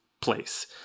place